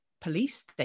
police